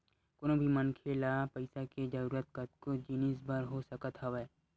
कोनो भी मनखे ल पइसा के जरुरत कतको जिनिस बर हो सकत हवय